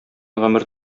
гомер